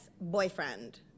boyfriend